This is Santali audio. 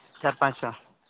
ᱪᱟᱨ ᱯᱟᱸᱪ ᱥᱚ